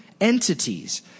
Entities